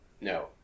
No